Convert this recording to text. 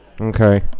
Okay